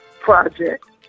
project